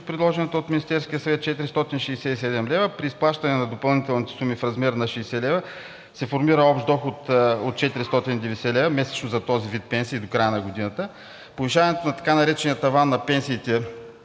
предложената от Министерския съвет 467 лв. При изплащане на допълнителните суми в размер на 60 лв. се формира общ доход от 490 лв. месечно за този вид пенсии до края на годината. Повишаването на така наречения таван на пенсиите